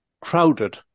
crowded